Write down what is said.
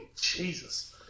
Jesus